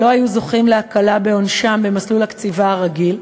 שלא היו זוכים להקלה בעונשם במסלול הקציבה הרגיל,